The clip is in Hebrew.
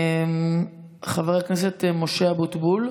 חבר הכנסת משה אבוטבול.